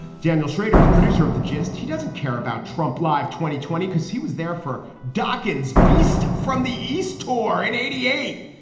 daniel schrader's, producer of the jest he doesn't care about trump live twenty twenty cause he was there for dawkins beast from the east or in eighty eight.